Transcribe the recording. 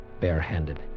barehanded